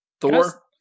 Thor